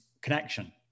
connection